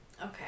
Okay